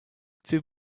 too